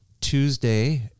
tuesday